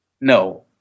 no